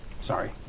Sorry